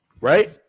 Right